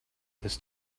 this